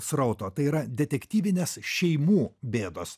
srauto tai yra detektyvinės šeimų bėdos